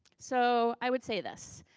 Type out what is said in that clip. so, i would say this.